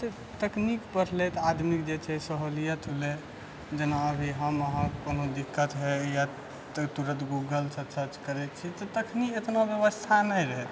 तऽ तकनीक बढ़लै तऽ आदमीके जे छै से सहुलियत भेलै जेना अभी हम अहाँक कोनो दिक्कत होइए तऽ तुरत गूगलसँ सर्च करै छियै तखनी एतनो व्यवस्था नहि रहै